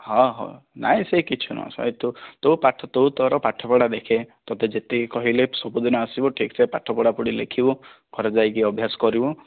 ହ ହଉ ନା ସେ କିଛି ନୁହଁ ସେ ତୁ ତୋ ତୁ ତୋର ପାଠପଢା ଦେଖେ ତୋତେ ଯେତିକି କହିଲି ସବୁଦିନ ଆସିବୁ ଠିକ୍ ରେ ପାଠ ପଢାପଢି ଲେଖିବୁ ଘରେ ଯାଇକି ଅଭ୍ୟାସ କରିବୁ